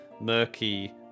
murky